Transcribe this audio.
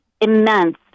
immense